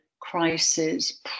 crisis